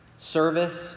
service